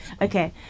Okay